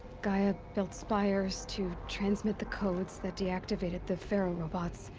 gaia. built spires to. transmit the codes that deactivated the faro robots.